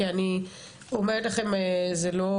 כי אני אומרת לכם זה לא